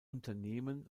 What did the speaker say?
unternehmen